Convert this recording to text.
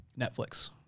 Netflix